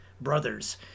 brothers